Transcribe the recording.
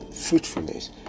fruitfulness